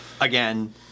Again